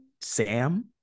sam